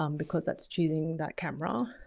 um because that's choosing that camera.